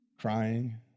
crying